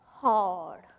hard